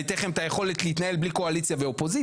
אני אתן לכם את היכולת להתנהל בלי קואליציה ואופוזיציה,